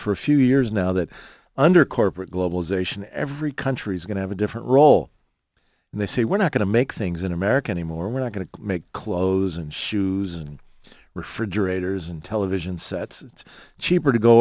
for a few years now that under corporate globalization every country is going to have a different role and they say we're not going to make things in america anymore we're not going to make clothes and shoes and refrigerators and television sets it's cheaper to go